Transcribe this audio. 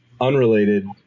unrelated